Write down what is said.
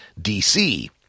DC